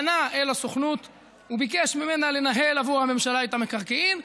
פנה אל הסוכנות וביקש ממנה לנהל עבור הממשלה את המקרקעין.